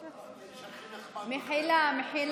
מחילה.